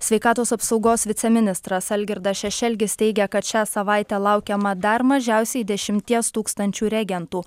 sveikatos apsaugos viceministras algirdas šešelgis teigia kad šią savaitę laukiama dar mažiausiai dešimties tūkstančių reagentų